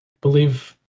believe